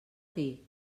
dir